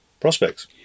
prospects